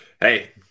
hey